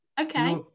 Okay